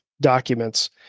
documents